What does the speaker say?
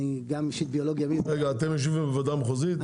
רגע, אתם יושבים בוועדה המחוזית?